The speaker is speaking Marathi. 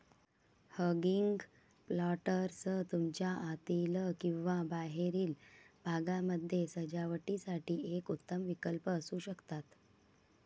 हँगिंग प्लांटर्स तुमच्या आतील किंवा बाहेरील भागामध्ये सजावटीसाठी एक उत्तम विकल्प असू शकतात